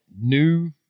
new